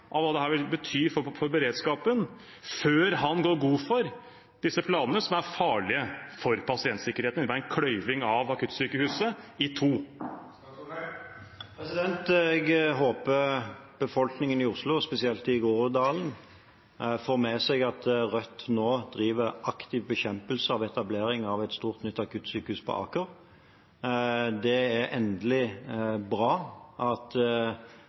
av hva dette vil bety for beredskapen, før han går god for disse planene som er farlige for pasientsikkerheten? Dette er en kløyving av akuttsykehuset i to. Jeg håper befolkningen i Oslo, spesielt i Groruddalen, får med seg at Rødt nå driver aktiv bekjempelse av etablering av et stort, nytt akuttsykehus på Aker. Det er bra at